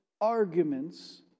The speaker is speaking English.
arguments